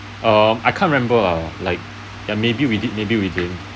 um I can't remember ah like ya maybe we did maybe we didn't